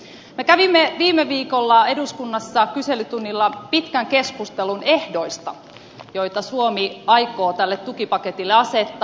me kävimme viime viikolla eduskunnassa kyselytunnilla pitkän keskustelun ehdoista joita suomi aikoo tälle tukipaketille asettaa